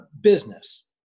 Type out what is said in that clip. Business